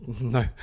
No